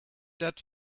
that